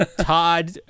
Todd